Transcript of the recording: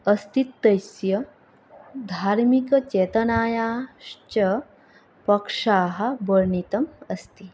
अस्तित्वस्य धार्मिकचेतनायाश्च पक्षाः वर्णितम् अस्ति